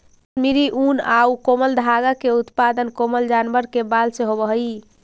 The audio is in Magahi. कश्मीरी ऊन आउ कोमल धागा के उत्पादन कोमल जानवर के बाल से होवऽ हइ